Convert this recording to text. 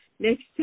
Next